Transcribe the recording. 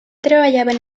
treballaven